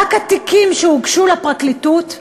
אלא רק התיקים שהוגשו לפרקליטות,